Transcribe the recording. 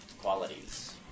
qualities